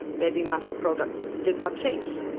their demand for products did not change.